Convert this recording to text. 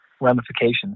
ramifications